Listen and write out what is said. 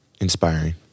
Inspiring